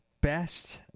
best